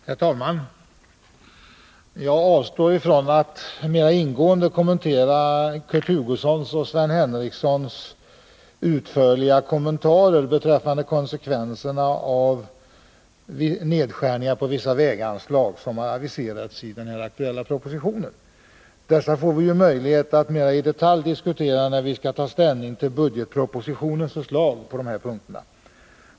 Herr talman! Jag avstår ifrån att mera ingående kommentera Kurt Hugossons och Sven Henricssons utförliga kommentarer beträffande konsekvenserna av nedskärningar av vissa väganslag, som aviseras i den aktuella propositionen. Vi får ju möjlighet att diskutera detta mera i detalj, när vi skall ta ställning till budgetpropositionens förslag på dessa punkter.